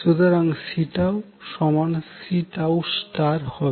সুতরাং C C হবে